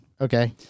Okay